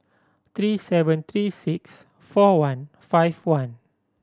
three seven three six four one five one